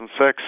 2006